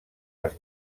les